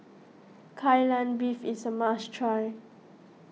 Kai Lan Beef is a must try